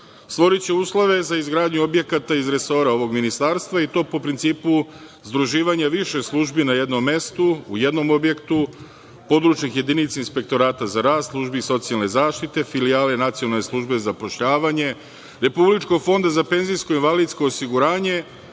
stvoriće uslove za izgradnju objekata iz resora ovog ministarstva, i to po principu združivanja više službi na jednom mestu, u jednom objektu, podružnih jedinica Inspektorata za rad, službi socijalne zaštite, filijale Nacionalne službe za zapošljavanje, Republičkog fonda za penzijsko i invalidsko osiguranje,